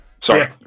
Sorry